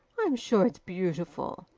i'm sure it's beautiful.